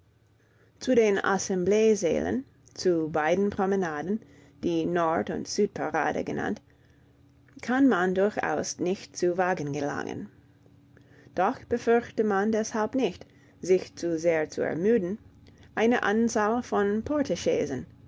zu den assembleesälen zu beiden promenaden die nord und südparade genannt kann man durchaus nicht zu wagen gelangen doch befürchte man deshalb nicht sich zu sehr zu ermüden eine anzahl von